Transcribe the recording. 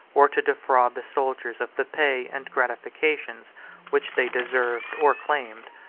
or to defraud the soldiers of the pay and gratifications which they deserved or claimed,